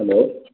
hello